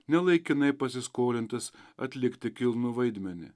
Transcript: ne laikinai pasiskolintas atlikti kilnų vaidmenį